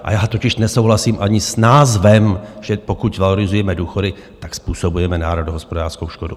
A já totiž nesouhlasím ani s názorem, že pokud valorizujeme důchody, tak způsobujeme národohospodářskou škodu.